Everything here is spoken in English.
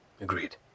Agreed